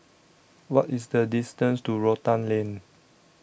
What IS The distance to Rotan Lane